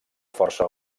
força